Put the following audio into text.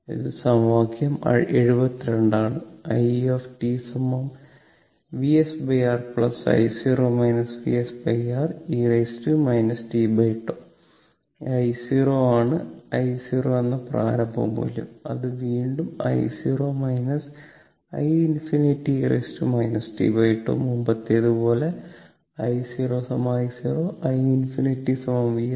ഇത് സമവാക്യം 72 ആണ് i VsR I0 VsR e t τ ഈ i0 ആണ് I 0 എന്ന പ്രാരംഭ മൂല്യം വീണ്ടും ഇത് e tτ മുമ്പത്തെപ്പോലെ i0 I 0 iinfinity VsR